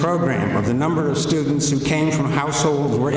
program of the number of students who came from a household w